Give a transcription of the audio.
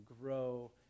grow